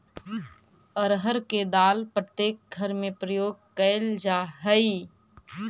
अरहर के दाल प्रत्येक घर में प्रयोग कैल जा हइ